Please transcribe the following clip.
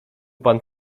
pan